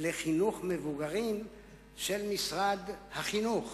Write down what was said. לחינוך מבוגרים של משרד החינוך,